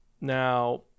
Now